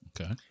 okay